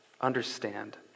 understand